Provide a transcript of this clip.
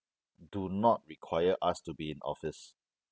do not require us to be in office